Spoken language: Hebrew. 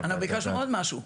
אנחנו ביקשנו עוד משהו,